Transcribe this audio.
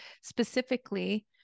specifically